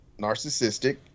narcissistic